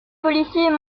policiers